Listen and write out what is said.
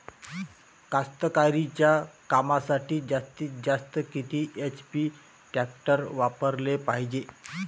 कास्तकारीच्या कामासाठी जास्तीत जास्त किती एच.पी टॅक्टर वापराले पायजे?